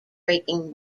breaking